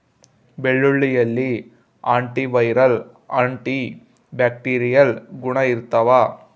ಬೆಳ್ಳುಳ್ಳಿಯಲ್ಲಿ antiviral antibacterial ಗುಣ ಇರ್ತಾವ